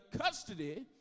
custody